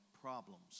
problems